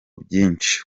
byinshi